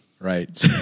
Right